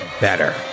better